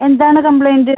എന്താണ് കംപ്ലെയിന്റ്